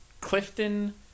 Clifton